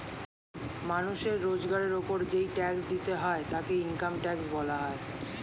মানুষের রোজগারের উপর যেই ট্যাক্স দিতে হয় তাকে ইনকাম ট্যাক্স বলা হয়